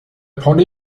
pony